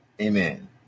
Amen